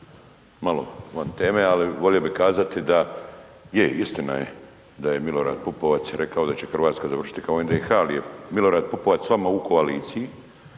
malo van teme, al volio bi kazati da je, istina je da je Milorad Pupovac rekao da će RH završiti kao NDH, al je Milorad Pupovac s vama u koaliciji,